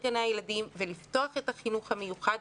את גני הילדים ואת החינוך המיוחד.